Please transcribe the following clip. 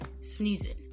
sneezing